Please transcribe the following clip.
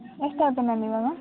ಎಷ್ಟಾಯ್ತು ಮ್ಯಾಮ್ ಇವಾಗ